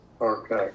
Okay